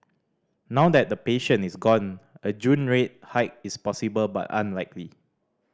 now that the patient is gone a June rate hike is possible but unlikely